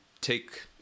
take